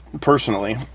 personally